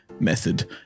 method